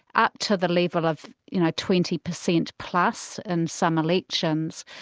up to the level of you know twenty percent plus in some elections,